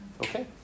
Okay